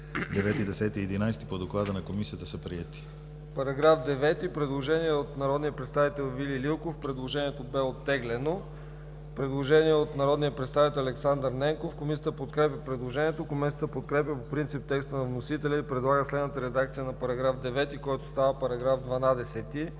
По § 9 – предложение от народния представител Вили Лилков. Предложението бе оттеглено. Предложение от народния представител Александър Ненков. Комисията подкрепя предложението. Комисията подкрепя по принцип текста на вносителя и предлага следната редакция на § 9, който става § 12: „§ 12.